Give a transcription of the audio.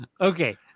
okay